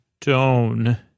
tone